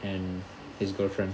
and his girlfriend